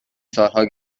سالها